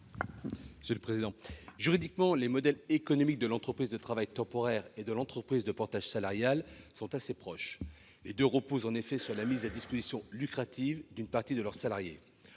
commission ? Juridiquement, les modèles économiques de l'entreprise de travail temporaire et de l'entreprise de portage salarial sont assez proches : les deux reposent en effet sur la mise à disposition lucrative d'une partie de leurs salariés.